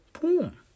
Boom